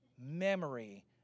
memory